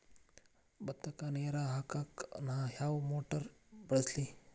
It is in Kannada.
ಭತ್ತಕ್ಕ ನೇರ ಹಾಕಾಕ್ ನಾ ಯಾವ್ ಮೋಟರ್ ಬಳಸ್ಲಿ?